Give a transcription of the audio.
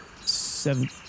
Seven